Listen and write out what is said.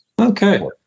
Okay